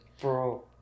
bro